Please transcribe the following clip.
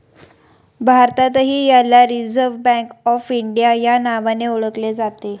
भारतातही याला Reserve Bank of India या नावाने ओळखले जाते